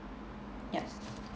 yup